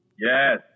Yes